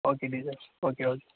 okay teacher okay okay